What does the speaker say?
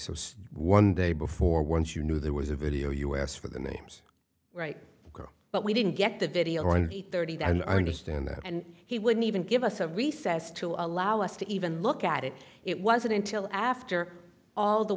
so one day before once you knew there was a video us for the names right but we didn't get the video in the thirty day and i understand that and he wouldn't even give us a recess to allow us to even look at it it wasn't until after all the